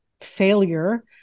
failure